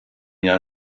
jahr